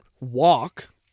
walk